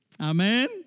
Amen